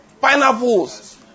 pineapples